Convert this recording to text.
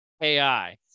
AI